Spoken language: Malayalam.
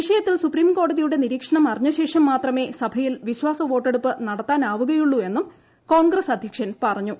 വിഷയത്തിൽ സുപ്രീംകോടതിയുടെ നിരീക്ഷണം അറിഞ്ഞ ശേഷം മാത്രമേ സഭയിൽ വിശ്വാസ വോട്ടെടുപ്പ് നത്താനാവുകയുളളൂ എന്നും കോൺഗ്രസ് അദ്ധ്യക്ഷൻ പറഞ്ഞു